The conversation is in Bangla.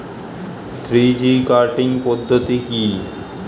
থ্রি জি কাটিং পদ্ধতি কি?